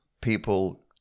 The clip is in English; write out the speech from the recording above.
people